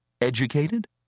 Educated